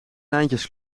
lijntjes